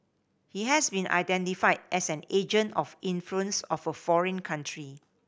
he has been identified as an agent of influence of a foreign country